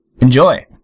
Enjoy